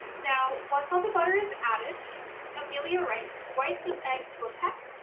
now once all the butter is added amelia writes whites of egg to a peck,